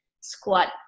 squat